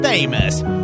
Famous